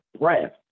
breath